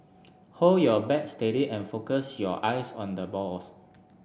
hold your bat steady and focus your eyes on the balls